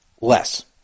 less